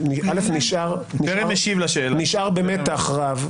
אני נשאר במתח רב.